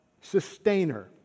Sustainer